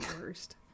worst